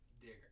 digger